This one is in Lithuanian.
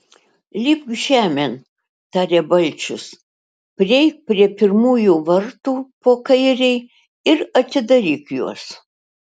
lipk žemėn tarė balčius prieik prie pirmųjų vartų po kairei ir atidaryk juos